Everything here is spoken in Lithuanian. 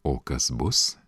o kas bus